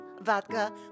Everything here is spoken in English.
vodka